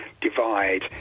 Divide